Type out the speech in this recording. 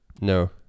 No